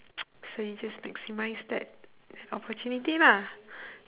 so you just maximise that opportunity lah